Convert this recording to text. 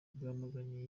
bwamaganye